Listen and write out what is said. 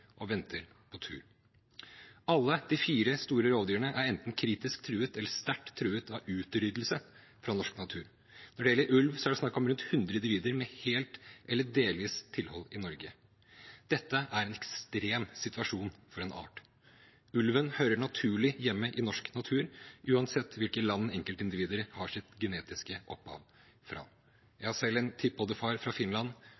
og venter på tur. Alle de fire store rovdyrene er enten kritisk truet eller sterkt truet av utryddelse fra norsk natur. Når det gjelder ulv, er det snakk om rundt 100 individer med helt eller delvis tilhold i Norge. Dette er en ekstrem situasjon for en art. Ulven hører naturlig hjemme i norsk natur uansett hvilket land enkeltindivider har sitt genetiske opphav fra.